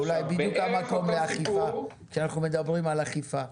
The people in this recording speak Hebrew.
זה אולי בדיוק המקום לאכיפה כשאנחנו מדברים על אכיפה.